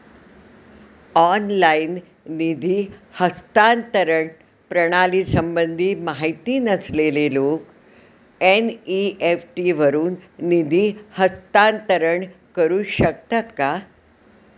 Online निधी हस्तांतरण प्रणालीसंबंधी माहिती नसलेले लोक एन.इ.एफ.टी वरून निधी हस्तांतरण करू शकतात का?